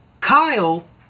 Kyle